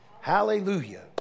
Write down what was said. Hallelujah